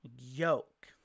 yoke